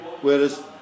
Whereas